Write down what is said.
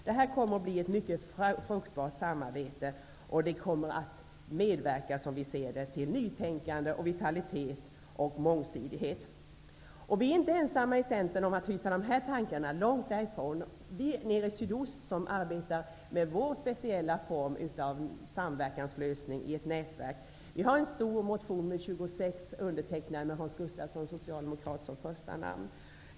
Detta kommer att bli ett mycket fruktbart samarbete, och det kommer att medverka till, som vi ser det, nytänkande, vitalitet och mångsidighet. Vi i Centern är långt ifrån ensamma om att hysa dessa tankar. Vi från sydöstra Sverige, som arbetar med vår speciella form av samverkanslösning i ett nätverk, har en stor motion med 26 undertecknare med socialdemokraten Hans Gustafsson som första namn.